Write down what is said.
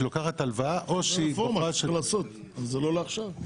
שהיא לוקחת הלוואה --- זה לא לעכשיו.